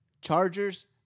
Chargers